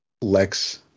Lex